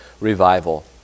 revival